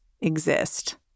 exist